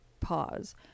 pause